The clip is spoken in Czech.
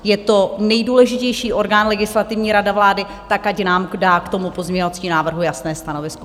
Je to nejdůležitější orgán, Legislativní rada vlády, tak ať nám dá k tomu pozměňovacímu návrhu jasné stanovisko.